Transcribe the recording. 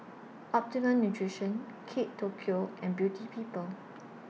Optimum Nutrition Kate Tokyo and Beauty People